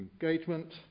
Engagement